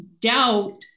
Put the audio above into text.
doubt